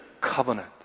covenant